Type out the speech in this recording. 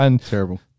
Terrible